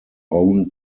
own